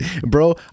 Bro